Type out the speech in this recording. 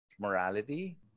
morality